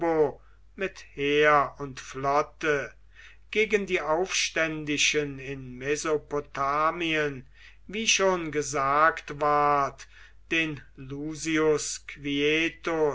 mit heer und flotte gegen die aufständischen in mesopotamien wie schon gesagt ward den